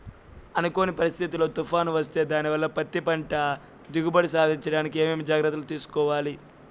అనుకోని పరిస్థితుల్లో తుఫాను వస్తే దానివల్ల పత్తి పంట దిగుబడి సాధించడానికి ఏమేమి జాగ్రత్తలు తీసుకోవాలి?